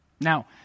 Now